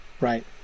right